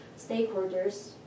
stakeholders